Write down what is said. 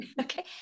Okay